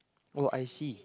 oh I see